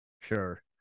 sure